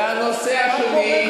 והנושא השני.